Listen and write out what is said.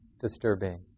disturbing